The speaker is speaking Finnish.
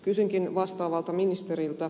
kysynkin vastaavalta ministeriltä